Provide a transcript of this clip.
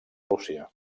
rússia